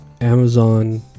Amazon